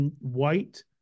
white